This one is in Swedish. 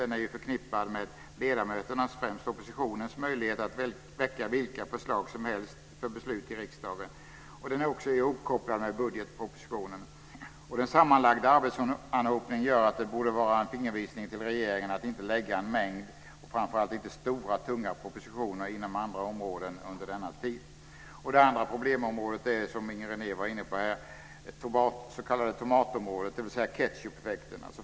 Den är ju förknippad med ledamöternas, främst oppositionens, möjligheter att väcka vilka förslag som helst för beslut i riksdagen. Den är också ihopkopplad med budgetpropositionen. Denna sammanlagda arbetsanhopning gör att det borde vara en fingervisning till regeringen att inte lägga fram en mängd och framförallt inte stora och tunga propositioner inom andra områden under denna tid. Det andra problemområdet är, som Inger René var inne på, det s.k. tomatområdet, dvs. ketchupeffekten.